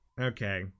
Okay